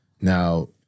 Now